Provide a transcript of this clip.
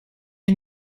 are